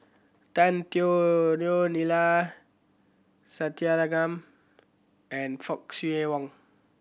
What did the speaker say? Tan Teo Neo Neila Sathyalingam and Fock Siew Wang